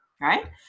right